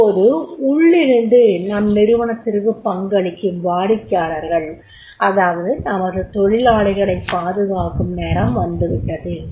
இப்போது உள்ளிருந்து நம் நிறுவனத்திற்கு பங்களிக்கும் வாடிக்கையாளர்கள் அதாவது நமது தொழிலாளிகளைப் பாதுகாக்கும் நேரம் வந்துவிட்ட்து